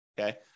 okay